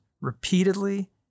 repeatedly